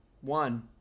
One